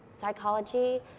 psychology